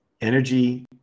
energy